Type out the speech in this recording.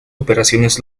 operaciones